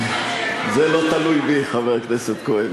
זה לא תלוי בי, חבר הכנסת כהן.